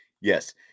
Yes